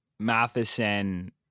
Matheson